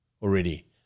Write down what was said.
Already